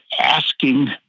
asking